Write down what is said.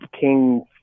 king